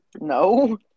No